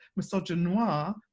misogynoir